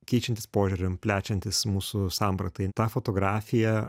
keičiantis požiūriam plečiantis mūsų sampratai ta fotografija